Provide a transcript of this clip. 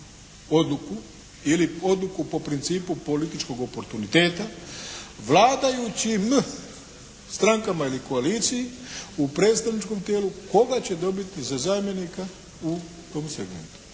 odluku ili odluku po principu političkog oportuniteta vladajućim strankama ili koaliciji u predstavničkom tijelu koga će dobiti za zamjenika u tom segmentu.